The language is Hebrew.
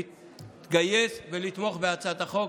להתגייס ולתמוך בהצעת החוק.